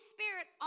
Spirit